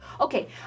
okay